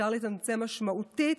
אפשר לצמצם משמעותית